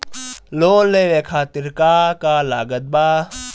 Loan लेवे खातिर का का लागत ब?